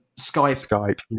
Skype